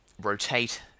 rotate